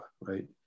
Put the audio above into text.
right